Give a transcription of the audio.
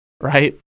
right